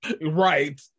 Right